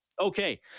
okay